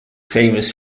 famous